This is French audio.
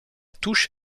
touche